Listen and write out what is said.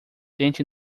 tente